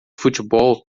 futebol